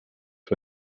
für